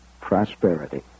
prosperity